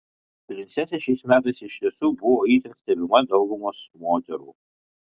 princesė šiais metais iš tiesų buvo itin stebima daugumos moterų